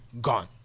gone